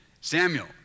Samuel